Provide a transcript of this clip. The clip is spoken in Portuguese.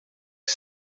que